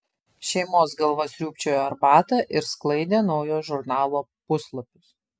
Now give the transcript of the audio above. šeimos galva sriūbčiojo arbatą ir sklaidė naujo žurnalo puslapius